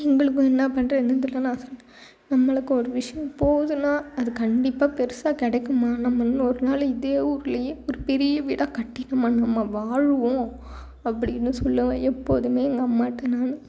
எங்களுக்கும் என்ன பண்ணுறதுனு தெரியல லாஸ்ட்டாக நம்மளுக்கு ஒரு விஷயம் போகுதுனா அது கண்டிப்பாக பெருசாக கிடைக்கும் மா நம்மளும் ஒரு நாள் இதே ஊர்லேயே ஒரு பெரிய வீடாக கட்டி நம்ம நம்ம வாழ்வோம் அப்படின்னு சொல்வேன் எப்போதும் எங்கள் அம்மாட்ட நான்